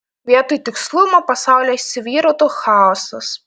vietoj tikslumo pasaulyje įsivyrautų chaosas